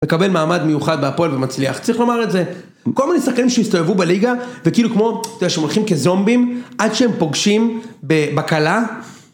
לקבל מעמד מיוחד בהפועל ומצליח, צריך לומר את זה? כל מיני שחקנים שהסתובבו בליגה, וכאילו כמו, אתה יודע, שהם הולכים כזומבים, עד שהם פוגשים בבקלה.